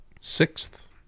sixth